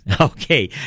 Okay